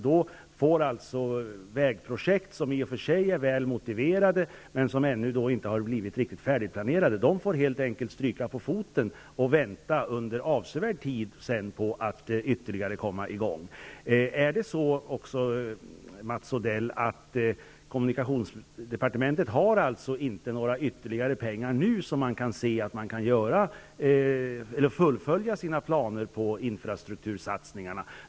Då får vägprojekt som i och för sig är väl motiverade men som inte är riktigt färdigplanerade helt enkelt stryka på foten. Man får alltså vänta ytterligare en avsevärd tid på att arbetena skall komma i gång. Är det så, Mats Odell, att kommunikationsdepartementet inte har några ytterligare pengar nu när det gäller planerna på infrastruktursatsningarna?